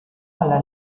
alla